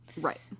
Right